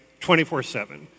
24-7